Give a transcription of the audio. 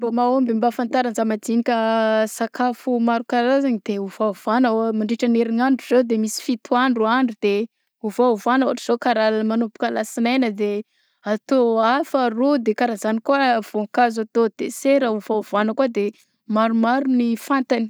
Fomba mahomby mba afantaran-jà madinika sakafo maro karazany de ovaovana ô- mandritra ny herinandro zao de misy fito andro andro de ovaovagna ohatra zao karaha manomboka lasinaina de atao afa ro de karaha zagny kôa vaonkazo atao desera ôvaovagna kôa de maromaro ny fantany.